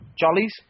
jollies